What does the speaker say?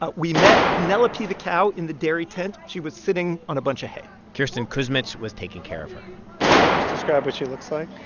but we met penelope the cow in the dairy tent. she was sitting on a bunch of hay kirsten kuzmitch was taking care of her can you just describe what she looks like?